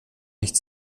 nicht